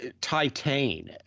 Titan